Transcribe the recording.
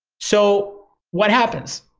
so what happens?